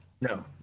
No